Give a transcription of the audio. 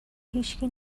هیشکی